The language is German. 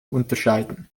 unterscheiden